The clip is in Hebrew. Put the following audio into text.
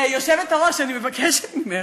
היושבת-ראש, אני מבקשת ממך.